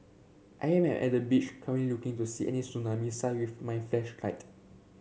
I am I at the beach currently looking to see any tsunami sign with my